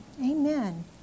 Amen